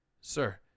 Sir